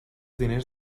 diners